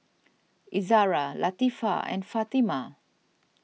Izzara Latifa and Fatimah